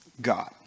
God